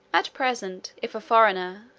at present, if a foreigner,